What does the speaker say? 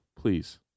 Please